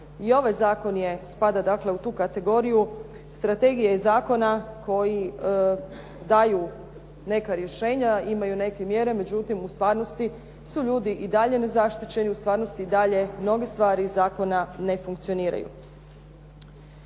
I ovaj zakon spada dakle u tu kategoriju. Strategija iz zakona koji daju neka rješenja imaju neke mjere, međutim u stvaranosti su ljudi i dalje nezaštićeni, u stvarno i dalje mnoge stvari iz zakona ne funkcioniraju.